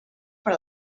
per